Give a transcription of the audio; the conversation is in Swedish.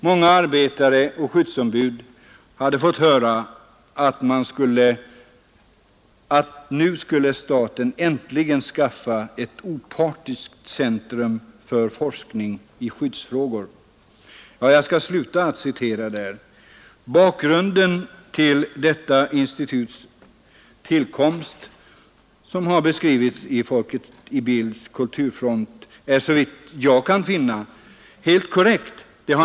Många arbetare och skyddsombud hade fått höra att nu skulle staten äntligen skaffa ett opartiskt centrum för forskning i skyddsfrågor.” Bakgrunden till detta instituts tillkomst som den har beskrivits i Folket i Bild—Kulturfront är såvitt jag kunnat finna helt korrekt.